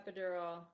epidural